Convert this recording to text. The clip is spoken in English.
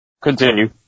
Continue